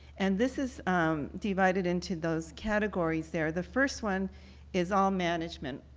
and this is divided into those categories there. the first one is all management,